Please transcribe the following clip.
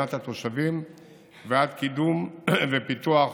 מהגנת התושבים ועד קידום ופיתוח